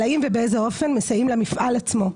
האם ובאיזה אופן מסייעים למפעל עצמו.